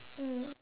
mm